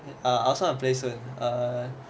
and I also want to play soon err